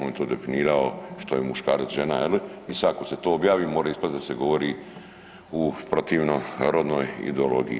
On je to definirao što je muškarac, žena i sada ako se to objavi može ispasti da se govori protivno rodnoj ideologiji.